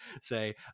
say